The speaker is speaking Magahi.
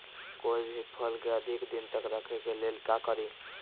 कोई भी फल के अधिक दिन तक रखे के लेल का करी?